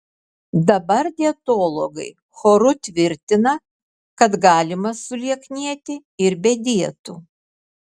dabar dietologai choru tvirtina kad galima sulieknėti ir be dietų